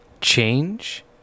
change